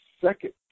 second